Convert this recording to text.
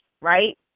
right